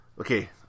Okay